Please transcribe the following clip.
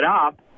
up